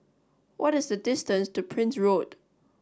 what is the distance to Prince Road